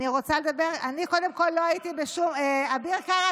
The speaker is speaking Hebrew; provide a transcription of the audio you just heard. אביר קארה,